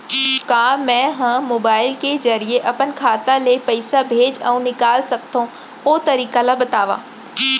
का मै ह मोबाइल के जरिए अपन खाता ले पइसा भेज अऊ निकाल सकथों, ओ तरीका ला बतावव?